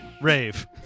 Rave